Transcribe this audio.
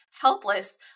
helpless